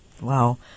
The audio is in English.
Wow